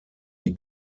die